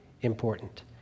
important